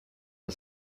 and